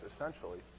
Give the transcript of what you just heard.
essentially